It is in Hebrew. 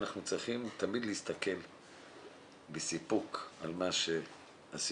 ואנחנו צריכים תמיד להסתכל בסיפוק על מה שעשינו,